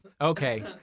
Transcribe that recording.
Okay